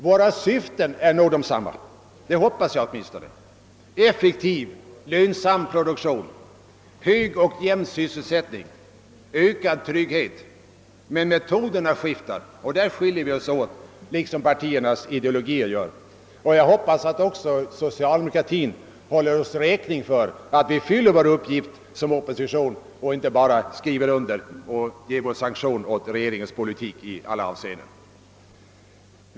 Våra syften är nog — det hoppas jag åtminstone — desamma: effektiv, lönsam produktion, hög och jämn sysselsättning och ökad trygghet. Men metoderna skiftar och därvidlag skiljer vi oss åt liksom partiernas ideologier gör det. Jag hoppas också att socialdemokratin håller oss räkning för att vi fyller vår uppgift som opposition och inte bara skriver under och ger vår sanktion åt regeringens politik i alla avseenden.